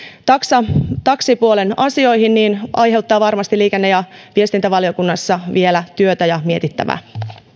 taksa ja taksipuolen asioihin aiheuttaa varmasti liikenne ja viestintävaliokunnassa vielä työtä ja mietittävää